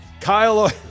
kyle